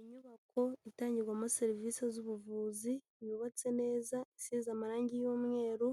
Inyubako itangirwamo serivise z'ubuvuzi, yubatse neza isize amarangi y'umweru,